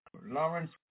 Lawrence